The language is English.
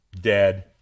dead